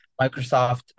Microsoft